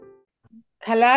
Hello